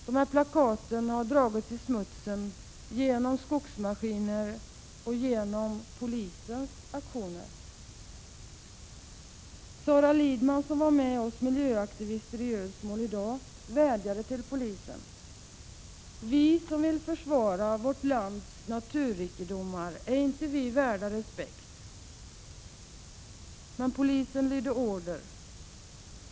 Dessa plakat har dragits i smutsen, genom skogsmaskiner och genom polisens aktioner. Sara Lidman, som var med miljöaktivisterna i Ödsmål i dag, vädjade till polisen: ”Vi som vill försvara vårt lands naturrikedomar, är inte vi värda respekt?” Men polisen lydde bara order.